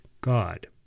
God